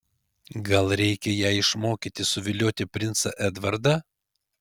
gal reikia ją išmokyti suvilioti princą edvardą